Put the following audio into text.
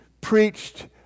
preached